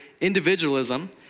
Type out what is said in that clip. individualism